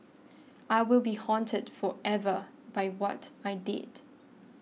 I will be haunted forever by what I did